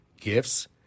gifts